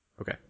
Okay